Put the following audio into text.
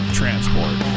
transport